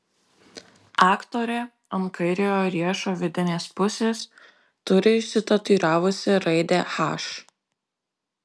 aktorė ant kairiojo riešo vidinės pusės turi išsitatuiravusi raidę h